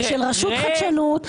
של רשות חדשנות,